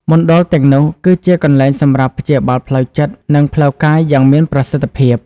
មណ្ឌលទាំងនោះគឺជាកន្លែងសម្រាប់ព្យាបាលផ្លូវចិត្ត និងផ្លូវកាយយ៉ាងមានប្រសិទ្ធភាព។